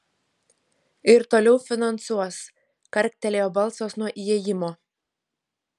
ir toliau finansuos karktelėjo balsas nuo įėjimo